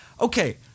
Okay